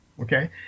Okay